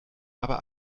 aber